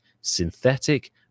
synthetic